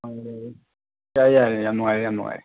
ꯌꯥꯏꯌꯦ ꯌꯥꯏꯌꯦ ꯌꯥꯝ ꯅꯨꯡꯉꯥꯏꯔꯦ ꯌꯥꯝ ꯅꯨꯡꯉꯥꯏꯔꯦ